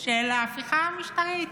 של ההפיכה המשטרית?